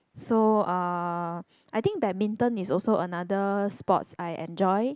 so uh I think badminton is also another sports I enjoy